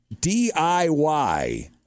DIY